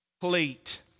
complete